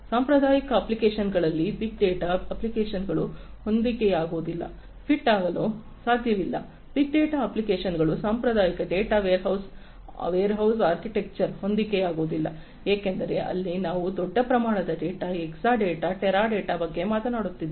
ಸಾಂಪ್ರದಾಯಿಕ ಅಪ್ಲಿಕೇಶನ್ಗಳಲ್ಲಿ big data ಅಪ್ಲಿಕೇಶನ್ಗಳು ಹೊಂದಿಕೆಯಾಗುವುದಿಲ್ಲ ಫಿಟ್ ಆಗಲು ಸಾಧ್ಯವಿಲ್ಲ ಬಿಗ್ ಡೇಟಾ ಅಪ್ಲಿಕೇಶನ್ಗಳು ಸಾಂಪ್ರದಾಯಿಕ ಡೇಟಾ ವೇರ್ಹೌಸ್ ಆರ್ಕಿಟೆಕ್ಚರ್ಗಳಲ್ಲಿ ಹೊಂದಿಕೆಯಾಗುವುದಿಲ್ಲ ಏಕೆಂದರೆ ಇಲ್ಲಿ ನಾವು ದೊಡ್ಡ ಪ್ರಮಾಣದ ಡೇಟಾ ಎಕ್ಸಾಡೇಟಾ ಟೆರಾಡಾಟಾ ಬಗ್ಗೆ ಮಾತನಾಡುತ್ತಿದ್ದೇವೆ